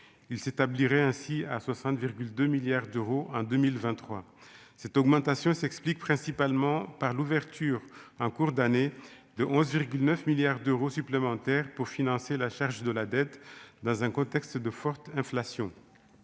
il s'établirait ainsi à 60 virgule 2 milliards d'euros en 2023, cette augmentation s'explique principalement par l'ouverture, un cours d'année de 11,9 milliards d'euros supplémentaires pour financer la charge de la dette dans un contexte de forte inflation,